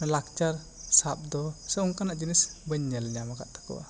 ᱞᱟᱠᱪᱟᱨ ᱥᱟᱵ ᱫᱚ ᱥᱮ ᱚᱱᱠᱟᱱᱟᱜ ᱡᱤᱱᱤᱥ ᱵᱟᱹᱧ ᱧᱮᱞ ᱧᱟᱢ ᱟᱠᱟᱫ ᱛᱟᱠᱚᱣᱟ